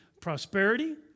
prosperity